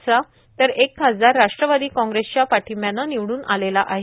चा तर एक खासदार राष्ट्रवादी कॉग्रेसच्या पाठिंब्यानं निवडून आलेला आहे